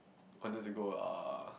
on does it go ah